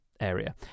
area